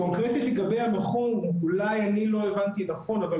קונקרטית לגבי המכון אולי אני לא הבנתי נכון אבל